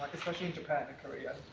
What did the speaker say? especially in japan and korea,